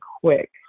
quick